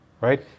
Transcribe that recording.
right